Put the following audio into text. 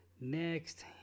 Next